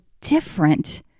different